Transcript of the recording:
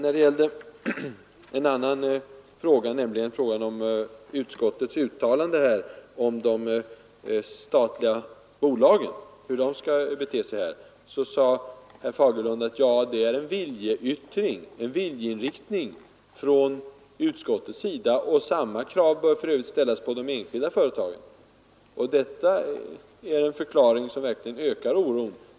Beträffande utskottets uttalande om hur de statliga bolagen skall bete sig sade herr Fagerlund att det är en viljeyttring från utskottets sida och att samma krav för övrigt bör ställas på de enskilda företagen. Det är verkligen en förklaring som ökar oron.